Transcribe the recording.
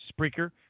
Spreaker